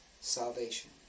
salvation